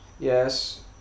Yes